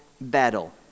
battle